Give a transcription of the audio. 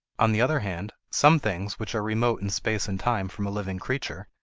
on the other hand, some things which are remote in space and time from a living creature,